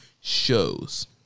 shows